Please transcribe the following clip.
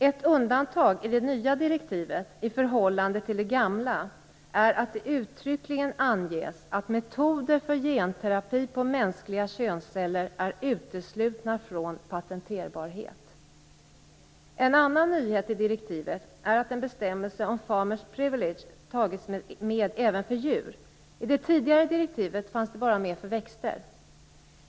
Ett undantag i det nya direktivet i förhållande till det gamla är att det uttryckligen anges att metoder för genterapi på mänskliga könsceller är uteslutna från patenterbarhet. En annan nyhet i direktivet är att en bestämmelse om farmer's privilege tagits med även för djur - i det tidigare direktivet fanns det bara med för växter.